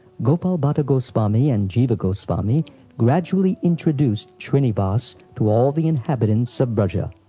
gopal bhatta goswami and jiva goswami gradually introduced shrinivas to all of the inhabitants of but